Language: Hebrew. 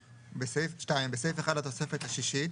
(2)בסעיף 1 לתוספת השישית,